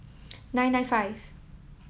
nine nine five